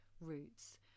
roots